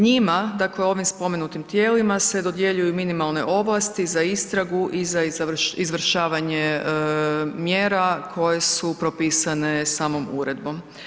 Njima, dakle ovim spomenutim tijelima se dodjeljuju minimalne ovlasti za istragu i za izvršavanje mjera koje su propisane samom uredbom.